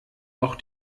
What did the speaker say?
auch